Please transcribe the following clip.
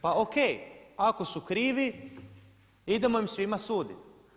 Pa o.k. Ako su krivi idemo im svima suditi.